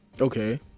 Okay